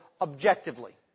objectively